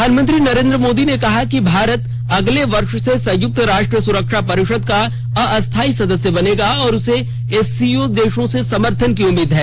प्रधानमंत्री नरेन्द्र मोदी ने कहा कि भारत अगले वर्ष से संयुक्त राष्ट्र सुरक्षा परिषद का अस्थायी सदस्य बनेगा और उसे एस सी ओ देशों से समर्थन की उम्मीद है